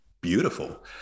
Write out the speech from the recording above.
beautiful